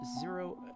zero